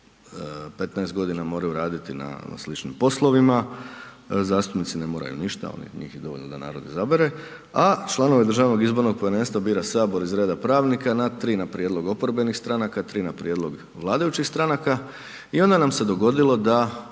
15 g. moraju raditi na sličnim poslovima, zastupnici ne moraju ništa, njih je dovoljno da narod izabere a članove DIP-a bira Sabor iz reda pravnika, na tri na prijedlog oporbenih stranaka, tri na prijedlog vladajućih stranaka i onda nam se dogodilo da